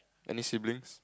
any siblings